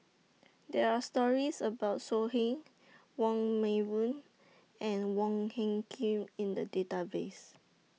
There Are stories about So Heng Wong Meng Voon and Wong Hung Khim in The Database